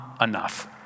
enough